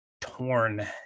torn